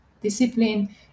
Discipline